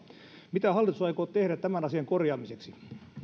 mitä hallitus aikoo tehdä tämän asian korjaamiseksi